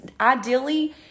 ideally